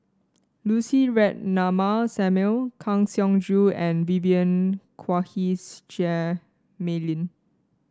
Lucy Ratnammah Samuel Kang Siong Joo and Vivien Quahe Seah Mei Lin